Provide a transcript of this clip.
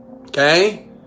okay